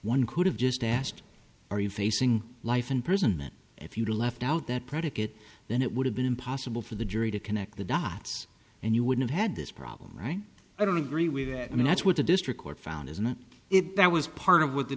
one could have just asked are you facing life in prison if you left out that predicate then it would have been impossible for the jury to connect the dots and you would have had this problem right i don't agree with that and that's what the district court found isn't it that was part of what the